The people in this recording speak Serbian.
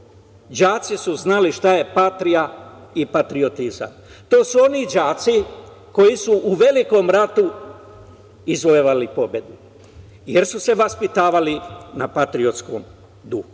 đaci su znali šta je patrija i patriotizam. To su oni đaci koji su u Velikom ratu izvojevali pobedu jer su se vaspitavali na patriotskom duhu.